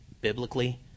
biblically